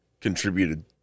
contributed